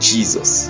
Jesus